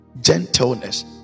gentleness